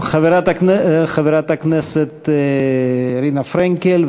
חברת הכנסת רינה פרנקל,